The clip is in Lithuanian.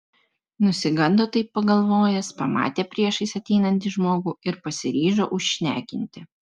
nusigando taip pagalvojęs pamatė priešais ateinanti žmogų ir pasiryžo užšnekinti